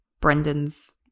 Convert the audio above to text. Brendan's